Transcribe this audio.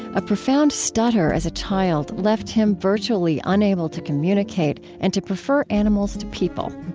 a profound stutter as a child left him virtually unable to communicate and to prefer animals to people.